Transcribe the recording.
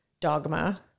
dogma